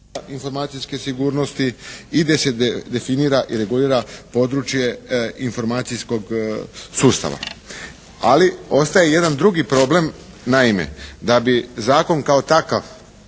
informacijske sigurnosti i gdje se definira i regulira područje informacijskog sustava. Ali ostaje jedan drugi problem. Naime, da bi zakon kao takav